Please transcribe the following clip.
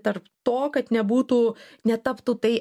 tarp to kad nebūtų netaptų tai